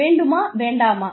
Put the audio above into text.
வேண்டுமா வேண்டுமா